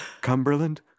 Cumberland